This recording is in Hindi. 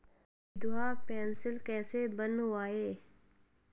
विधवा पेंशन कैसे बनवायें?